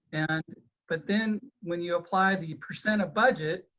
and but then when you apply the percent of budget,